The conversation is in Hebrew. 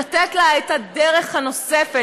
לתת לה את הדרך הנוספת,